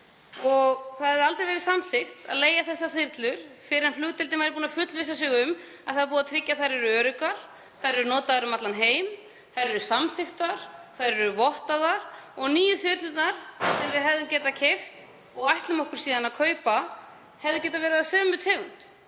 Og það hefði aldrei verið samþykkt að leigja þyrlur fyrr en flugdeildin væri búin að fullvissa sig um að búið væri að tryggja þær væru öruggar. Þær eru notaðar um allan heim, þær eru samþykktar, þær eru vottaðar, og nýju þyrlurnar, sem við hefðum getað keypt og ætlum okkur að kaupa, hefðu getað verið af sömu tegund.